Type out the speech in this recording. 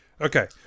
Okay